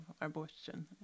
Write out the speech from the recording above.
abortion